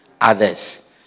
others